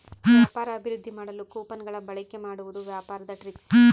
ವ್ಯಾಪಾರ ಅಭಿವೃದ್ದಿ ಮಾಡಲು ಕೊಪನ್ ಗಳ ಬಳಿಕೆ ಮಾಡುವುದು ವ್ಯಾಪಾರದ ಟ್ರಿಕ್ಸ್